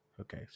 Okay